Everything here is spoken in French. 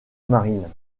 marine